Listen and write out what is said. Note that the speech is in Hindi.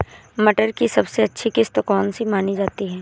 मटर की सबसे अच्छी किश्त कौन सी मानी जाती है?